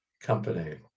company